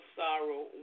sorrow